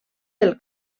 del